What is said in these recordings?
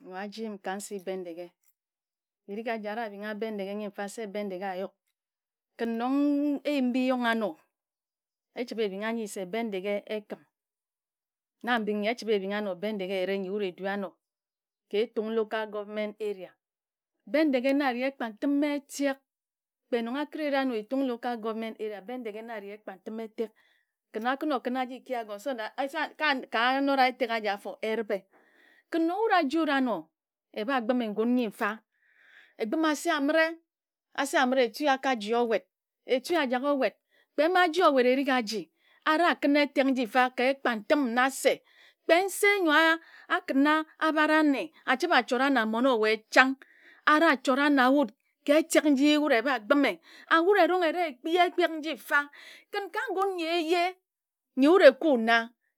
Nyor aji m ka nsi bendeghe erig aji areh abingha bendeghe nyi mfa se bendeghe ayuk kin nong eyim ndi yongha amor echibe enna nyine se bendeghe ekim na mbin nyi echibe eruna anor bendeghe nyi wud eru anor ka Etung Local Government Aera bendeghe na areh ekpatime etek kpe nong a create anor Etung Local Government Area Bendeghe na areh ekpatime etek kin akuna okun aji aki agor se ne ka anore etek aji afor eribe kin nong wud ajid anor eba gbime ngun ngi mfa egbime ase amire ase amire etu akasi owed etu ajak owed kpe ma aji owed erig aji areh akuna etu nji mfa lka ekpatim na se kpe nse nyor akina abare anne achiba achora na mmon owae chang areh achora na wud ka etek nji wud eba gbime and wud erong ere ekpia etek nji mfa kin ka ngun nyi eje nyi wud ekun na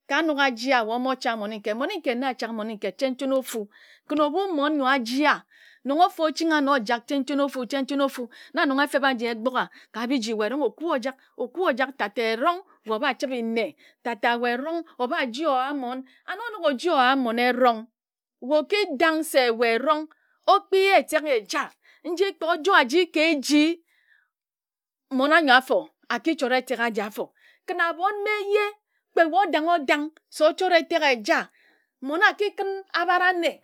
ka anok ajia wae omocha mmon nkae mmon nkae na cha mmon nkae chen chen ofu kin ebu mmon nyor ajia nong ofu oching anor ojak chen chen ofu chen chen ofu na nong efebe aji egbor a kabi ji wae erong okua ojak okua ojak tata erong wae obachibe nne tata wae erong oba ji owa mmon and onok oji owa mmon erong wae okidang se wae erong okpi ye etok eja nji kpor ojor aji ke eji mmon anyor afor akichord etek anyi afor kin abon ma eje kpe wae odangodang se ochort etek eja mmon akikun abara anne